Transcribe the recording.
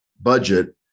budget